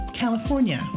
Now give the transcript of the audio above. California